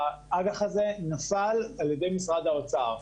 האג"ח הזה הופל על ידי משרד האוצר.